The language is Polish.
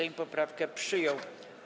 Sejm poprawkę przyjął.